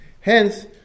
Hence